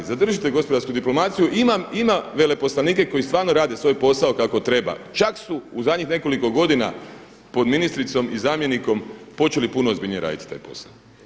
Zadržite gospodarsku diplomaciju i na veleposlanike koji stvarno rade svoj posao kako treba, čak su u zadnjih nekoliko godina pod ministricom i zamjenikom počeli puno ozbiljnije raditi taj posao.